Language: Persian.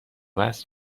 وصل